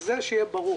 שיהיה ברור.